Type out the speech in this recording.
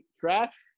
trash